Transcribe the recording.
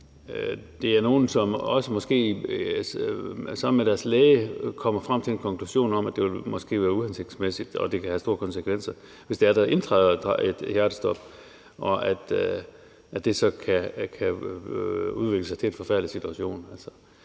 jeg mig, hvor de måske sammen med deres læge kommer frem til en konklusion om, at det måske vil være uhensigtsmæssigt, og at det kan have store konsekvenser, hvis der indtræder et hjertestop, og at det kan udvikle sig til en forfærdelig situation.